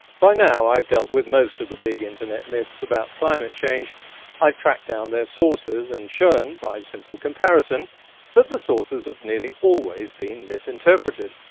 by now i've dealt with most of the big internet myths about climate change i've tracked down their sources and shown, by simple comparison that the sources have nearly always been misinterpreted.